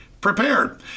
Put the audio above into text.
prepared